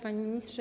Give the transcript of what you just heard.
Panie Ministrze!